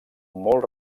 molt